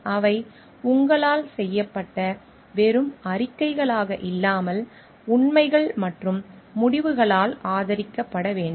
அவை உங்களால் செய்யப்பட்ட வெறும் அறிக்கைகளாக இல்லாமல் உண்மைகள் மற்றும் முடிவுகளால் ஆதரிக்கப்பட வேண்டும்